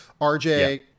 RJ